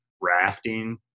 rafting